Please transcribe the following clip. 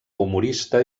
humorista